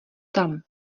tam